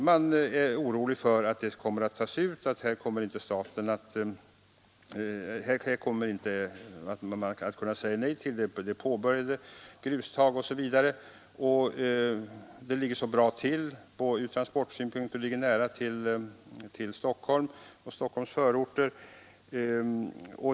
Man är orolig för att allt detta kommer att tas ut, att staten inte kommer att kunna säga nej; här finns påbörjade grustag, och de ligger bra till ur transportsynpunkt — det är nära till Stockholm och till Stockholms förorter.